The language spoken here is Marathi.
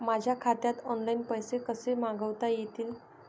माझ्या खात्यात ऑनलाइन पैसे कसे मागवता येतील?